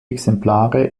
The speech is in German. exemplare